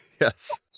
Yes